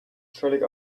völlig